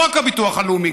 לא רק הביטוח הלאומי,